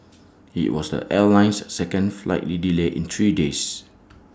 IT was the airline's second flight delay in three days